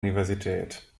universität